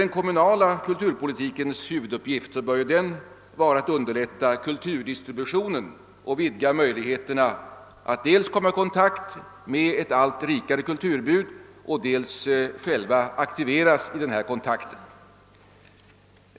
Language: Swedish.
Den kommunala kulturpolitikens huvuduppgift bör vara att underlätta kulturdistributionen och vidga möjligheterna att dels komma i kontakt med ett allt rikare kulturutbud, dels att aktiveras i denna kontakt.